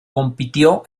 compitió